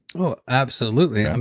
oh, absolutely. um